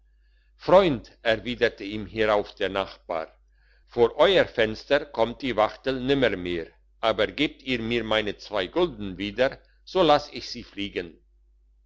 freund erwiderte ihm hierauf der nachbar vor euer fenster kommt die wachtel nimmermehr aber gebt ihr mir meine zwei gulden wieder so laß ich sie fliegen